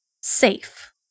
Safe